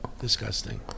Disgusting